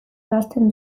ebazten